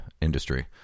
industry